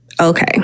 Okay